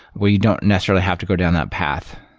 we don't necessarily have to go down that path,